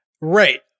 Right